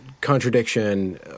contradiction